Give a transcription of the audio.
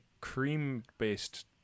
cream-based